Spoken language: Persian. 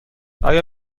آیا